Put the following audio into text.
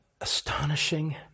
astonishing